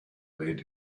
lead